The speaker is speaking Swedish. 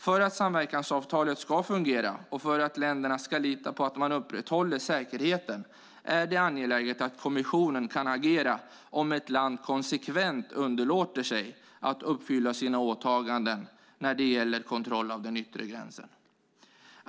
För att samverkansavtalet ska fungera och för att länderna ska lita på att man upprätthåller säkerheten är det angeläget att kommissionen kan agera om ett land konsekvent underlåter att uppfylla sina åtaganden när det gäller kontroll av den yttre gränsen.